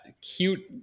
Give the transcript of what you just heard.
cute